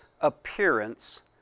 appearance